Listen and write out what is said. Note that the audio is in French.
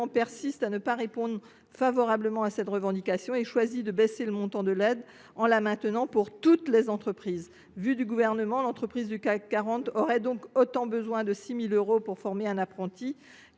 persiste à ne pas répondre favorablement à cette revendication, et choisit de baisser le montant de l’aide en la maintenant pour toutes les entreprises. Du point de vue du Gouvernement, une entreprise du CAC 40 aurait donc, pour former un apprenti,